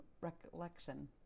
recollection